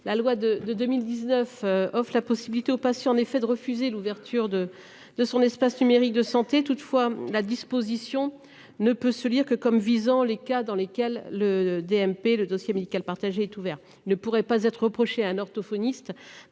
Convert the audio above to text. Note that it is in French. la loi de 2019 offrent la possibilité aux patients en effet de refuser l'ouverture de de son espace numérique de santé toutefois la disposition ne peut se lire que comme visant les cas dans lesquels le DMP le Dossier médical partagé est ouvert ne pourrait pas être reproché un orthophoniste,